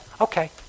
Okay